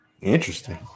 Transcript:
Interesting